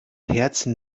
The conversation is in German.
herzen